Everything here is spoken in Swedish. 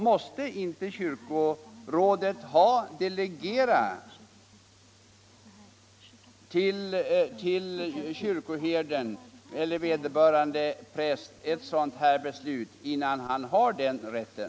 Måste då inte kyrkorådet ha delegerat ett sådant beslut till kyrkoherden eller vederbörande präst innan han har den rätten?